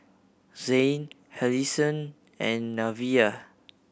Zhane Allisson and Nevaeh